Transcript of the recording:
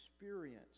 experience